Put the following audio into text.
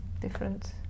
different